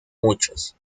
muchos